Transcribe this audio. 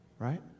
Right